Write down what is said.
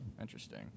Interesting